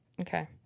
Okay